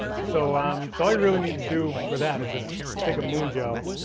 so um so i really need to do for that is just take a moongel